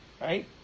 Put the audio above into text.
right